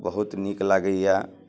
बहुत नीक लागैये